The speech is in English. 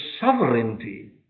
sovereignty